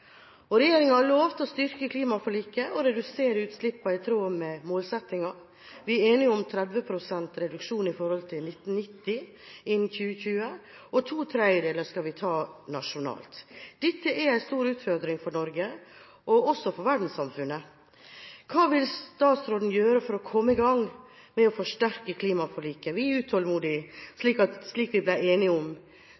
Regjeringa har lovet å styrke klimaforliket og redusere utslippene i tråd med målsettinga. Vi er enige om 30 pst. reduksjon i forhold til 1990 innen 2020, og to tredjedeler skal vi ta nasjonalt. Dette er en stor utfordring for Norge, og også for verdenssamfunnet. Hva vil statsråden gjøre for å komme i gang med å forsterke klimaforliket – vi er utålmodige